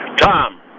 Tom